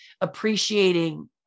appreciating